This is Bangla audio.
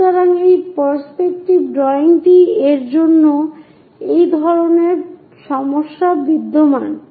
সুতরাং এই পার্সপেক্টিভ ড্রয়িংটি এর জন্য এই ধরনের সমস্যা বিদ্যমান